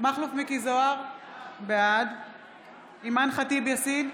מכלוף מיקי זוהר, בעד אימאן ח'טיב יאסין,